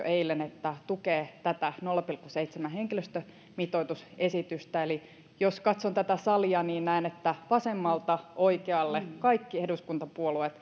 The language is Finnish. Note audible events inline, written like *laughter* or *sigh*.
*unintelligible* eilen että tukee tätä nolla pilkku seitsemän henkilöstömitoitusesitystä eli jos katson tätä salia niin näen että vasemmalta oikealle kaikki eduskuntapuolueet *unintelligible*